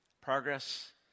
Progress